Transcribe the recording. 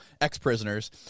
ex-prisoners